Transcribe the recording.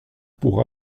pour